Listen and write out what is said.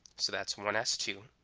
so that's one s two